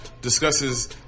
Discusses